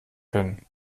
hin